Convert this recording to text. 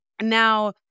Now